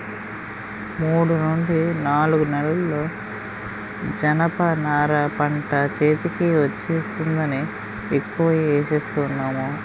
మూడు నుండి నాలుగు నెలల్లో జనప నార పంట చేతికి వచ్చేస్తుందని ఎక్కువ ఏస్తున్నాను